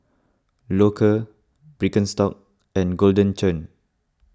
Loacker Birkenstock and Golden Churn